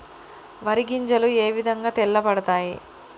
వరి గింజలు ఏ విధంగా తెల్ల పడతాయి?